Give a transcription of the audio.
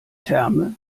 terme